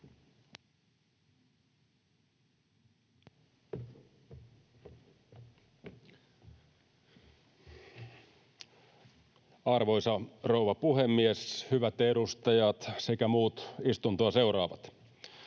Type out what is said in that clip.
Arvoisa rouva puhemies! Hyvät edustajat sekä muut istuntoa seuraavat!